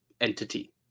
entity